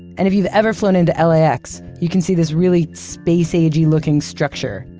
and if you've ever flown into lax, you can see this really space-agey looking structure,